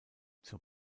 zur